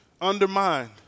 undermined